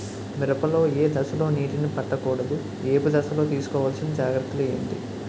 మిరప లో ఏ దశలో నీటినీ పట్టకూడదు? ఏపు దశలో తీసుకోవాల్సిన జాగ్రత్తలు ఏంటి?